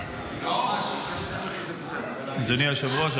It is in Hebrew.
אדוני היושב-ראש,